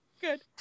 Good